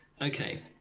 Okay